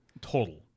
total